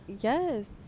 yes